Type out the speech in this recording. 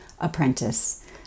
Apprentice